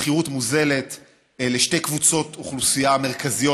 ושכירות מוזלת לשתי קבוצות אוכלוסייה מרכזיות,